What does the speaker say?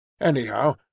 anyhow